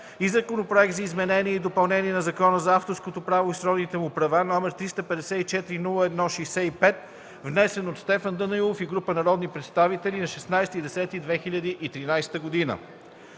и Законопроект за изменение и допълнение на Закона за авторското право и сродните му права, № 354-01-65, внесен от Стефан Данаилов и група народни представители на 16 октомври